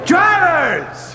Drivers